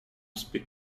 pique